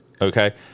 Okay